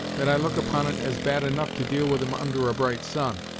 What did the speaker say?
that i look upon it as bad enough to deal with em under a bright sun.